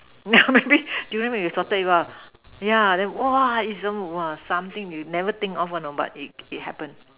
now maybe Durian mix with salted egg lah yeah then !wah! is !wah! some something you never think one you know but it it happen